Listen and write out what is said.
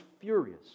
furious